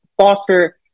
foster